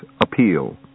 Appeal